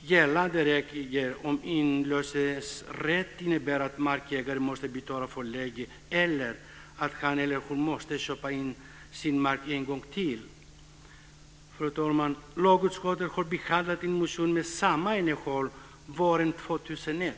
gällande regler om inlösningsrätt innebär att markägare måste betala för läge eller att han eller hon måste köpa in sin mark en gång till. Fru talman! Lagutskottet behandlade en motion med samma innehåll våren 2001.